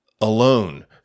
alone